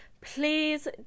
please